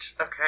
okay